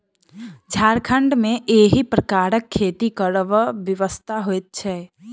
झारखण्ड मे एहि प्रकारक खेती करब विवशता होइत छै